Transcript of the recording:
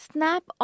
Snap